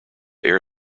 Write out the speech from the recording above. air